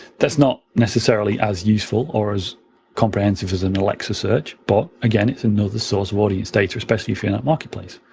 that's not necessarily as useful or as comprehensive as an alexa search, but again it's another source of audience data, especially if you're in that marketplace.